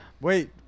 Wait